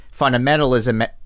fundamentalism